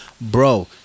Bro